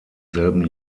selben